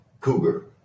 cougar